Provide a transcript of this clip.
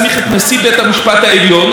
מוצע להסמיך את נשיא בית המשפט העליון,